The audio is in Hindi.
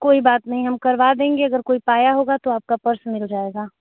कोई बात नहीं हम करवा देंगे अगर कोई पाया होगा तो आपका पर्स मिल जाएगा